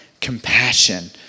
compassion